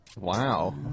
Wow